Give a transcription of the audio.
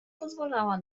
pozwalała